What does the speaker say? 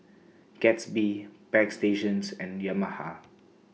Gatsby Bagstationz and Yamaha